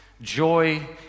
Joy